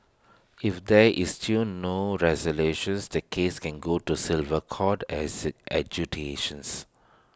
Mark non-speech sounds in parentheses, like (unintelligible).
if there is still no resolutions the case can go to sliver court as (unintelligible)